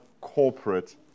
corporate